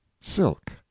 silk